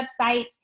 websites